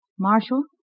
Marshal